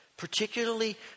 particularly